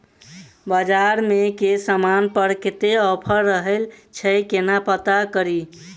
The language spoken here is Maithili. बजार मे केँ समान पर कत्ते ऑफर रहय छै केना पत्ता कड़ी?